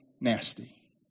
nasty